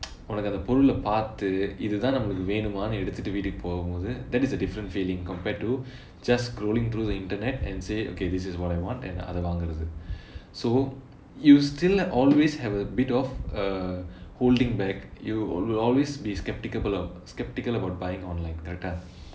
உனக்கு அந்த பொருளை பார்த்து இதுதான் நம்பளுக்கு வேணுமான்னு எடுத்து வீட்டுக்கு போகும்போது:unakku antha porulai paarthu ithuthaan nambalukku venumaanu eduthu veetukku pogumpothu that is a different feeling compared to just scrolling through the internet and say okay this is what I want and அதை வாங்குறது:athai vaangurathu so you still always have a bit of uh holding back you will always be skeptical about skeptical about buying online correct ah